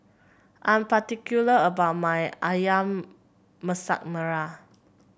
I'm particular about my ayam Masak Merah